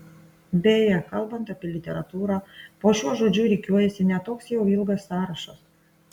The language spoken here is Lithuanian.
beje kalbant apie literatūrą po šiuo žodžiu rikiuojasi ne toks jau ilgas sąrašas